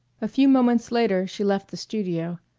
a few moments later she left the studio.